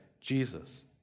Jesus